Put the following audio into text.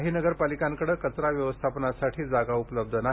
काही नगरपालिकांकडे कचरा व्यवस्थापनासाठी जागा उपलब्ध नाही